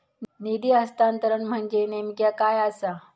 निधी हस्तांतरण म्हणजे नेमक्या काय आसा?